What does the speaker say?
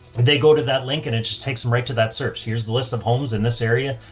they go to that link and it just takes them right to that search. here's the list of homes in this area,